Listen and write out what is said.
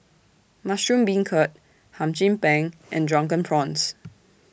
Mushroom Beancurd Hum Chim Peng and Drunken Prawns